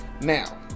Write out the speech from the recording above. Now